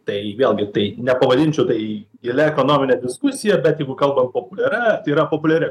tai vėlgi tai nepavadinčiau tai gilia ekonomine diskusija bet jeigu kalbam populiaria tai yra populiari